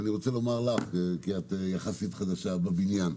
ואני רוצה לומר לך כי את יחסית חדשה בבניין.